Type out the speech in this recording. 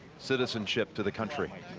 citizenship to the country.